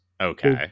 Okay